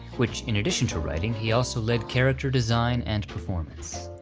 which in addition to writing, he also led character design and performance.